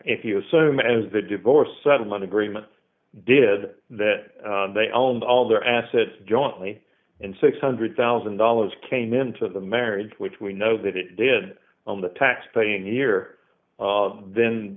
as the divorce settlement agreement did that they owned all their assets jointly and six hundred thousand dollars came into the marriage which we know that it did on the tax paying here then then